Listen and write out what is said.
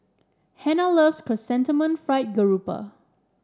Hannah loves Chrysanthemum Fried Grouper